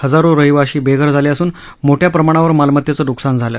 हजारो रहिवाशी बेघर झाले असून मोठ्या प्रमाणावर मालमतेचं न्कसान झालं